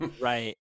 Right